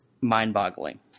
mind-boggling